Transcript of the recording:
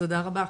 תודה רבה.